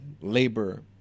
labor